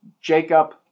Jacob